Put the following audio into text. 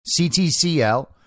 CTCL